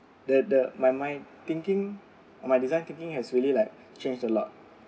that the my mind thinking my design thinking has really like changed a lot